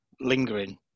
lingering